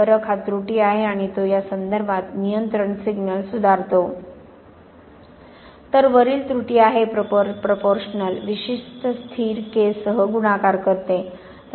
फरक हा त्रुटी आहे आणि तो या संदर्भात नियंत्रण सिग्नल सुधारित करतो तर वरील त्रुटी आहे प्रोपोरश्नल विशिष्ट स्थिर K सह गुणाकार करते